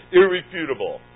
irrefutable